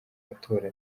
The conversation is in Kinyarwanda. amatora